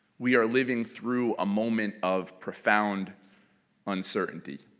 we are living through a moment of profound uncertainty,